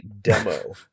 demo